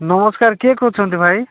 ନମସ୍କାର କିଏ କହୁଛନ୍ତି ଭାଇ